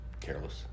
careless